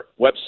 website